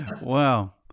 Wow